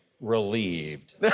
relieved